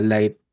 Light